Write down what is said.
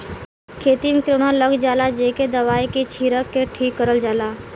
खेती में किरौना लग जाला जेके दवाई के छिरक के ठीक करल जाला